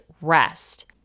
rest